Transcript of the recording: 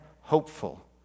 hopeful